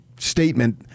statement